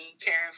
caring